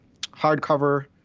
hardcover